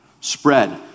spread